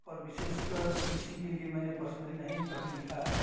और विशेष कर तो किसी के लिए मैंने पर्सनली नहीं कभी लिखा है